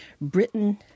Britain